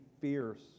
fierce